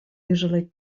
usually